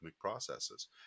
processes